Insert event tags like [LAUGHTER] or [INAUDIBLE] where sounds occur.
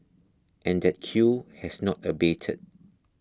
[NOISE] and that queue has not abated